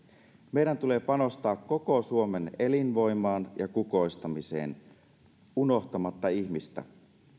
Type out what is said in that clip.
meidän tulee panostaa koko suomen elinvoimaan ja kukoistamiseen unohtamatta ihmistä